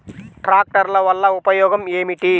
ట్రాక్టర్ల వల్ల ఉపయోగం ఏమిటీ?